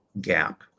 gap